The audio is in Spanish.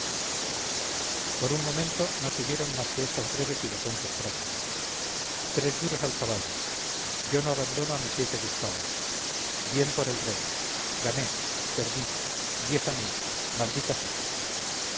por un momento no se oyeron más que estas breves y elocuentes frases tres duros al caballo yo no abandono a mi siete de espadas bien por el rey gané perdí diez a mí maldita sota